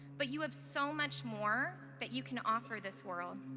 but you have so much more that you can offer this world.